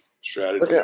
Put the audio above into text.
strategy